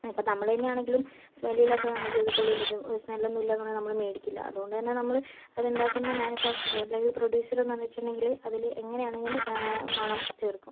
ഇപ്പോൾ നമ്മൾ തന്നെയാണെങ്കിലും സ്മെല്ല് ഇല്ലാത്തതാണോ അയ്യോ ഇത് കൊള്ളില്ല ഇത് സ്മെൽലൊന്നും ഇല്ലന്ന് പറഞ്ഞ് നമ്മള് മേടിക്കില്ല അതോണ്ടെന്നേ നമ്മള് അതുണ്ടാക്കുന്ന മാനുഫാക്ചർ അല്ലെങ്കിൽ പ്രൊഡ്യൂസർ എന്ന് പറഞ്ഞിട്ടുണ്ടങ്കില് അതില് എങ്ങനെയാണെങ്കിലും മണം ചേർക്കും